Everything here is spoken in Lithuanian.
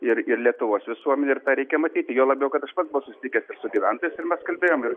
ir ir lietuvos visuomenė ir tą reikia matyti juo labiau kad aš pats buvau susitikęs su ir gyventojais ir mes kalbėjom ir